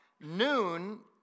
Noon